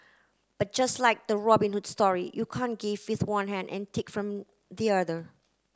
but just like the Robin Hood story you can't give with one hand and take from the other